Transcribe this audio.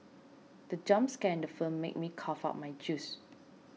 the jump scare in the film made me cough out my juice